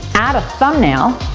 add a thumbnail,